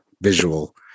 visual